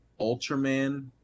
Ultraman